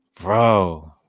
Bro